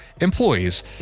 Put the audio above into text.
employees